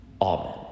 Amen